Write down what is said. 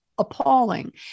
Appalling